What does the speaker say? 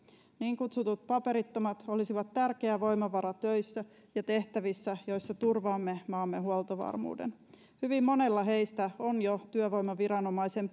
niin kutsutut paperittomat olisivat tärkeä voimavara töissä ja tehtävissä joissa turvaamme maamme huoltovarmuuden hyvin monella heistä on jo työvoimaviranomaisen